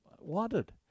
wanted